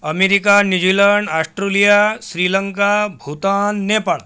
America New Zealand Australia Sri Lanka Bhutan Nepal